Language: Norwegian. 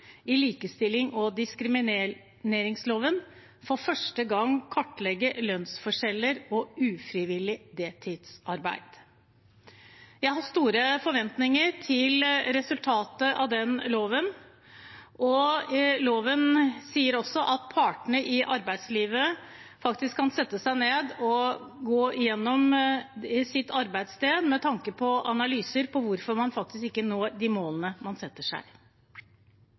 i likestillings- og diskrimineringsloven, for første gang kartlegge lønnsforskjeller og ufrivillig deltidsarbeid. Jeg har store forventninger til resultatet av denne loven. Loven sier også at partene i arbeidslivet kan sette seg ned og gå gjennom sitt arbeidssted med tanke på analyser av hvorfor man faktisk ikke når de målene man setter seg.